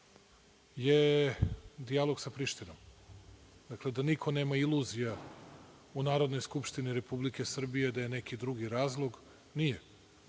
je dijalog sa Prištinom. Dakle, da niko nema iluzija u Narodnoj skupštini Republike Srbije da je neki drugi razlog - nije.